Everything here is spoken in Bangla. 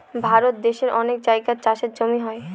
ভারত দেশের অনেক জায়গায় চাষের জমি হয়